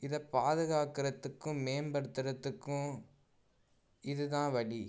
இத பாதுகாக்கிறதுக்கும் மேம்படுத்துறதுக்கும் இது தான் வழி